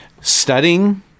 studying